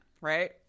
Right